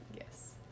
Yes